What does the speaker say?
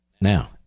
now